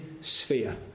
sphere